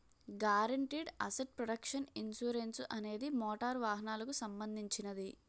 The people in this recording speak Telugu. guaranteed asset protection insurance motor మోటారు వాహనాలకు సంబంధించినది